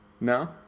No